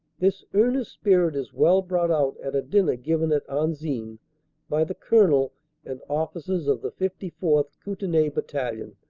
this earnest spirit is well brought out at a dinner given at anzin by the colonel and officers of the fifty fourth, kootenay, battalion,